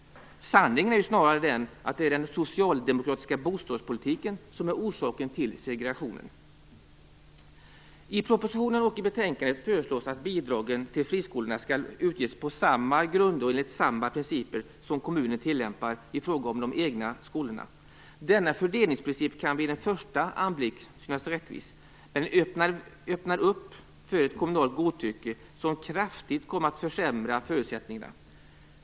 Sanningen är snarare den att det är den socialdemokratiska bostadspolitiken som är orsaken till segregationen. I propositionen och i betänkandet föreslås att bidragen till friskolorna skall ges på samma grunder och enligt samma principer som kommunen tillämpar i fråga om de egna skolorna. Denna fördelningsprincip kan vid en första anblick synas rättvis, men den öppnar för ett kommunalt godtycke som kraftigt kommer att försämra förutsättningarna.